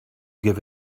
give